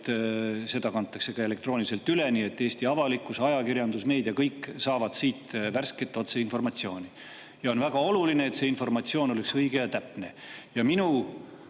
seda kantakse ka elektrooniliselt üle, nii et Eesti avalikkus ja ajakirjandus, meedia, kõik saavad siit värsket otseinformatsiooni. On väga oluline, et see informatsioon oleks õige ja täpne. Minu